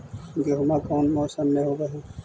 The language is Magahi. गेहूमा कौन मौसम में होब है?